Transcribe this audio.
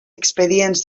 expedients